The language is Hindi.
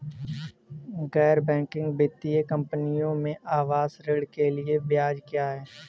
गैर बैंकिंग वित्तीय कंपनियों में आवास ऋण के लिए ब्याज क्या है?